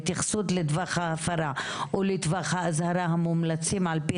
התייחסות לטווח ההפרה ולטווח האזהרה המומלצים על פי